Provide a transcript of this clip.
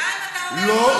בינתיים אתה אומר שהכול לא